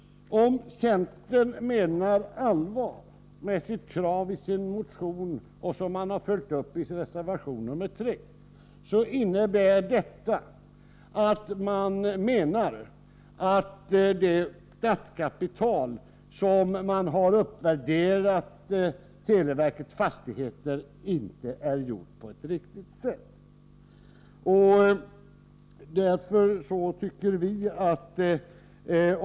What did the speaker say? Om centern menar allvar med kravet i sin motion, vilket man har följt upp i reservation 3, innebär det att man anser att den uppvärdering av televerkets fastigheter som lett till att detta statskapital bildats inte är gjord på ett riktigt sätt.